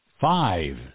Five